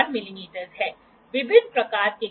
तो अब मुझे जो मिला है वह एंगल है जो 33° 9' 15" है